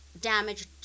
Damaged